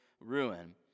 ruin